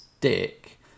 Dick